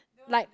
like